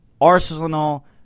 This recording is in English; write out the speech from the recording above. Arsenal